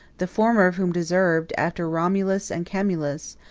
the former of whom deserved, after romulus and camillus,